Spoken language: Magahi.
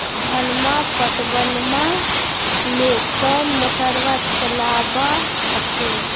धनमा पटबनमा ले कौन मोटरबा चलाबा हखिन?